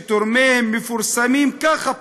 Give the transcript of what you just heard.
שתורמיהם מפורסמים ככה,